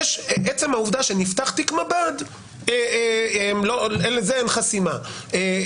עצם העובדה שנפתח תיק מב"ד, לזה אין חסימה,